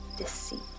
deceit